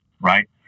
right